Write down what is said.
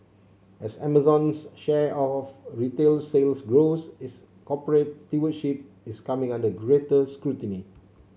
as Amazon's share of retail sales grows its corporate stewardship is coming under greater scrutiny